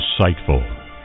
insightful